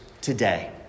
today